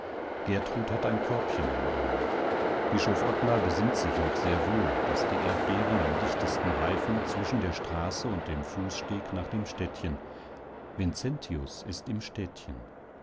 gertrud hatte ein körbchen am arm bischof ottmar besinnt sich noch sehr wohl daß die erdbeeren am dichtesten reifen zwischen der straße und dem fußsteg nach dem städtchen vincentius ist im städtchen